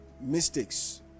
mistakes